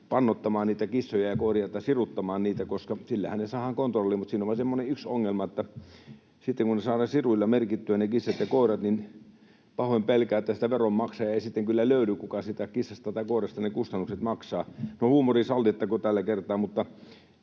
pannoittamaan niitä kissoja ja koiria tai siruttamaan niitä, koska sillähän ne saadaan kontrolliin. Mutta siinä on vain semmoinen yksi ongelma, että sitten, kun ne kissat ja koirat saadaan siruilla merkittyä, pahoin pelkään, sitä veronmaksajaa ei sitten kyllä löydy, joka siitä kissasta tai koirasta ne kustannukset maksaa. No, huumori sallittakoon tällä kertaa, mutta